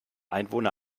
einwohner